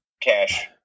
cash